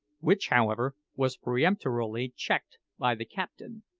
which, however, was peremptorily checked by the captain,